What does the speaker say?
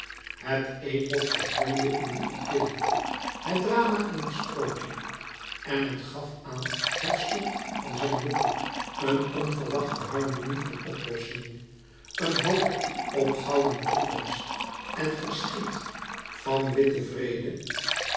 het epos vervloeide in de idylle het drama in het sprookje en het gaf aan het slot van zijn boek een onverwachte harmonie van oplossing louis couperus metamorfoze een hoop op gouden toekomst en verschiet van witten vrede